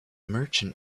merchant